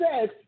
says